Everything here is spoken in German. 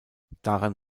daran